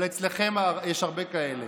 לא כולם, אבל אצלכם יש הרבה כאלה.